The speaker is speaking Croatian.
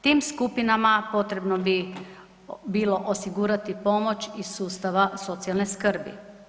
Tim skupinama potrebno bi bilo osigurati pomoć iz sustava socijalne skrbi.